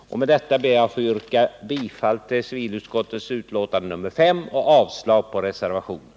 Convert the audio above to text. Med detta ber jag att få yrka bifall till civilutskottets hemställan i betänkandet nr 5 och avslag på reservationen.